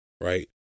right